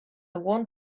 want